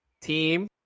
Team